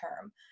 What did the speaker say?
term